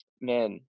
man